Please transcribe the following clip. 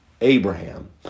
Abraham